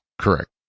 Correct